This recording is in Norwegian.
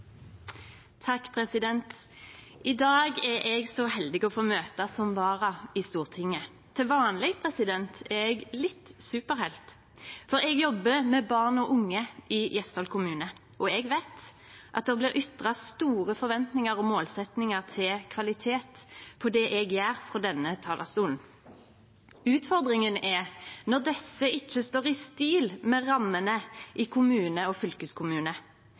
eg så heldig å få møte som vararepresentant i Stortinget. Til vanleg er eg litt superhelt, for eg jobbar med barn og unge i Gjesdal kommune. Og eg veit at det blir ytra store forventningar og målsettingar om kvalitet på det eg gjer, frå denne talarstolen. Utfordringa er når desse ikkje står i stil med rammene i kommunar og